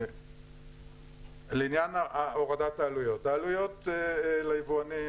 לעניין הורדת העלויות העלויות ליבואנים